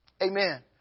Amen